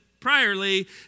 priorly